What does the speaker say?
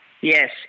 Yes